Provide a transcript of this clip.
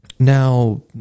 Now